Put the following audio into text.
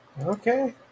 Okay